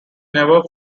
never